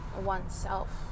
oneself